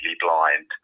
blind